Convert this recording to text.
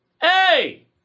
hey